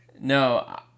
no